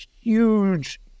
huge